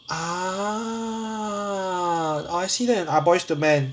ah I see that in ah boys to men